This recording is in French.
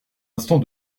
instant